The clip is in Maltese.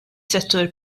settur